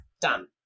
done